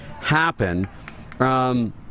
happen